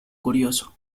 curioso